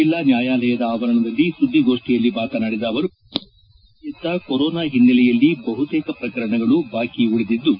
ಜಿಲ್ಲಾ ನ್ಯಾಯಾಲಯದ ಆವರಣದಲ್ಲಿ ಸುದ್ದಿಗೋಷ್ಠಿಯಲ್ಲಿ ಮಾತನಾಡಿದ ಅವರು ದೇಶಾದ್ಯಂತ ಕೊರೋನಾ ಹಿನ್ನೆಲೆಯಲ್ಲಿ ಬಹುತೇಕ ಪ್ರಕರಣಗಳು ಬಾಕಿ ಉಳಿದಿದ್ದು